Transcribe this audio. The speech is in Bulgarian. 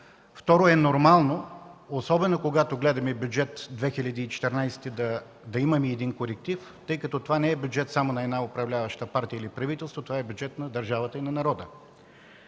Второ, нормално е, особено когато гледаме Бюджет 2014 да имаме един коректив, тъй като това не е бюджет само на една управляваща партия или правителство, а е бюджет на държавата и на народа.